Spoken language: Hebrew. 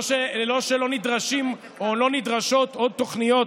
לא שלא נדרשים או לא נדרשות עוד תוכניות